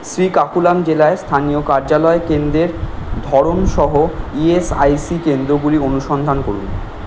শ্রীকাকুলাম জেলায় স্থানীয় কার্যালয় কেন্দ্রের ধরন সহ ইএসআইসি কেন্দ্রগুলি অনুসন্ধান করুন